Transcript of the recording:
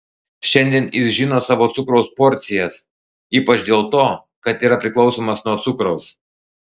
šiandien jis žino savo cukraus porcijas ypač dėl to kad yra priklausomas nuo cukraus